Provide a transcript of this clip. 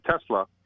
Tesla